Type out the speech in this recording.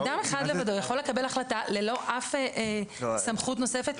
אדם אחד לבדו יכול לקבל החלטה ללא סמכות נוספת.